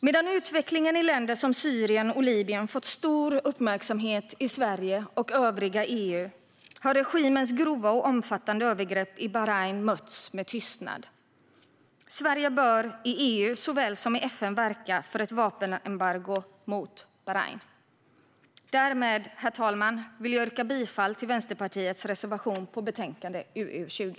Medan utvecklingen i länder som Syrien och Libyen fått stor uppmärksamhet i Sverige och övriga EU har regimens grova och omfattande övergrepp i Bahrain mötts med tystnad. Sverige bör i EU såväl som i FN verka för ett vapenembargo mot Bahrain. Därmed, herr talman, vill jag yrka bifall till Vänsterpartiets reservation i betänkande UU20.